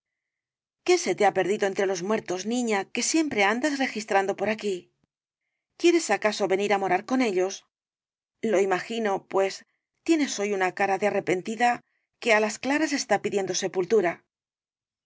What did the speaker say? qué se te ha perdido entre los muertos niña que siempre andas registrando por aquí quieres el caballero de las botas azules acaso venir á morar con ellos lo imagino pues tienes hoy una cara de arrepentida que á las claras está pidiendo sepultura